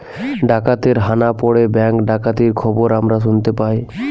ডাকাতের হানা পড়ে ব্যাঙ্ক ডাকাতির খবর আমরা শুনতে পাই